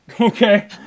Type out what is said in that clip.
Okay